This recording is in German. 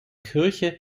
kirche